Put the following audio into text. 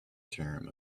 term